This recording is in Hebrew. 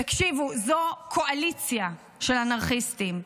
תקשיבו, זו קואליציה של אנרכיסטים.